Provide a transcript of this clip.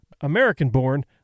American-born